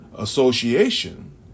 Association